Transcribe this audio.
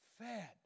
fed